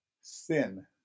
sin